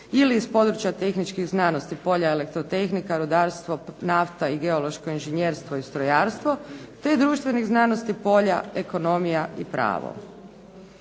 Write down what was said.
ili iz područja tehničkih znanosti polja elektrotehnika, rudarstvo, nafta, geološko inženjerstvo i strojarstvo, te društvenih znanosti, polja ekonomija i pravo.